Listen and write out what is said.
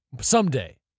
someday